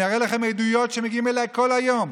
אני אראה לכם עדויות שמגיעות אליי כל היום